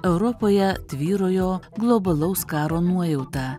europoje tvyrojo globalaus karo nuojauta